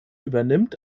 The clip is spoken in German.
übernimmt